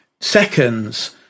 seconds